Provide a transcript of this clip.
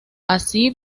así